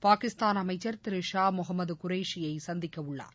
பாகிஸ்தான் அமைச்சர் ஷா முகமது குரேஷியை சந்திக்க உள்ளார்